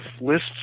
lists